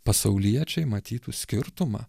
pasauliečiai matytų skirtumą